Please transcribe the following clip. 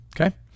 Okay